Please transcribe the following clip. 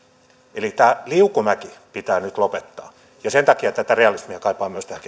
eli tämä liukumäki pitää nyt lopettaa sen takia tätä realismia kaipaan myös tähän